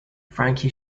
frankie